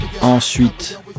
Ensuite